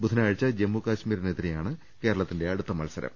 ബുധനാഴ്ച ജമ്മു കശ്മീരിനെതിരെയാണ് കേരളത്തിന്റെ അടുത്ത മത്സരം